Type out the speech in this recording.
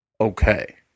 Okay